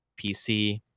PC